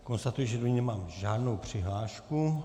Konstatuji, že do ní nemám žádnou přihlášku.